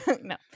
No